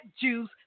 juice